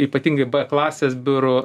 ypatingai b klasės biurų